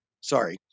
Sorry